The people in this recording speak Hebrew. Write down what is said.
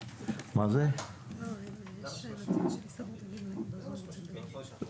מה יקרה עם אזרחי מדינת ישראל בין שנת 2027 שמגמת התשלום